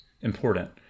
important